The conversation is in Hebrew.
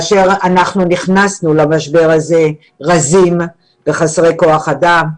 נכנסנו למשבר הזה רזים וחסרי כוח אדם,